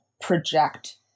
project